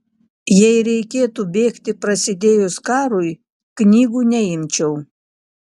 jei reikėtų bėgti prasidėjus karui knygų neimčiau